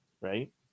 Right